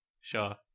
Sure